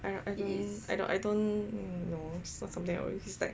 I don't I don't know so it's something I always it's like